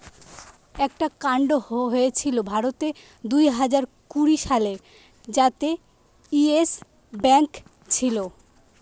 একটা কান্ড হয়েছিল ভারতে দুইহাজার কুড়ি সালে যাতে ইয়েস ব্যাঙ্ক ছিল